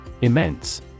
Immense